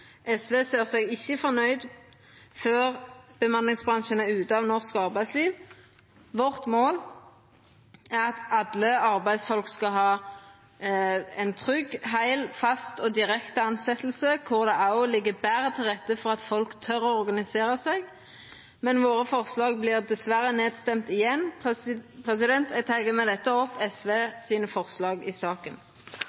SV er ikkje fornøgd før bemanningsbransjen er ute av norsk arbeidsliv. Vårt mål er at alle arbeidsfolk skal ha ei trygg, heil, fast og direkte tilsetjing, der det også ligg betre til rette for at folk tør å organisera seg, men våre forslag vert dessverre nedstemte igjen.